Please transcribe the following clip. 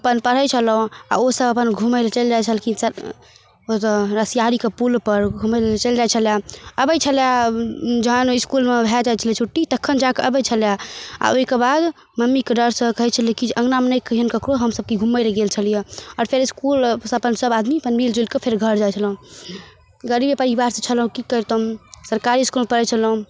अपन पढ़ै छलहुँ आओर ओसभ अपन घुमैलए चलि जाइ छलखिन ओतऽ रसिआरीके पुलपर घुमैलए चलि जाइ छलै आबै छलै जहन इसकुलमे भऽ जाइ छलै छुट्टी तखन जाकऽ अबै छलै आओर ओहिकेबाद मम्मीके डरसँ कहै छलै कि जे अँगनामे नहि कहिअहिन ककरो हमसभ कि घुमैलए गेल छलिए आओर फेर इसकुलसँ अपन सभ आदमी अपन मिलजुलिकऽ फेर घर जाइ छलहुँ गरीबे परिवारसँ छलहुँ कि करितहुँ सरकारी इसकुलमे पढ़ै छलहुँ